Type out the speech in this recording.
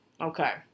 Okay